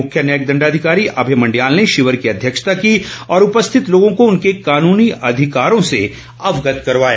मुख्य न्यायिक दण्डाधिकारी अभय मण्डयाल ने शिविर ेकी अध्यक्षता की और उपस्थित लोगों को उनके कानूनी अधिकारों से अवगत करवाया